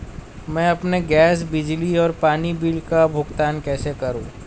मैं अपने गैस, बिजली और पानी बिल का भुगतान कैसे करूँ?